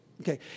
Okay